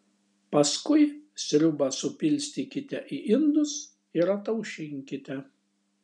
paskui sriubą supilstykite į indus ir ataušinkite